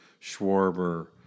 Schwarber